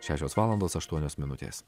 šešios valandos aštuonios minutės